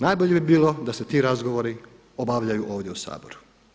Najbolje bi bilo da se ti razgovori obavljaju ovdje u Saboru.